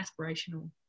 aspirational